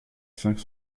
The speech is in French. cinq